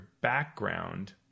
background